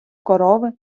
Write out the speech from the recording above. корови